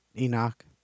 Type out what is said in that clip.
Enoch